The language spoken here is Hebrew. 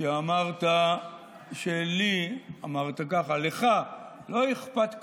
כשאמרת שלי, אמרת ככה: לך לא אכפת כלום,